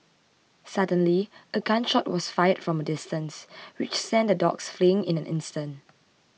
suddenly a gun shot was fired from a distance which sent the dogs fleeing in an instant